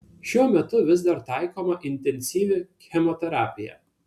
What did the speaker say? šiuo metu vis dar taikoma intensyvi chemoterapija